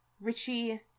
richie